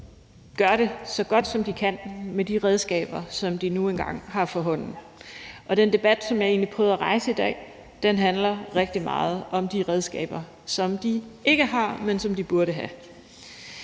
gør det, så godt som de kan, med de redskaber, som de nu engang har for hånden. Den debat, som jeg egentlig prøvede at rejse i dag, handler rigtig meget om de redskaber, som de ikke har, men som de burde have.